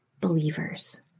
believers